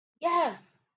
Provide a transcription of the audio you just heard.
Yes